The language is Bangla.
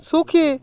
সুখী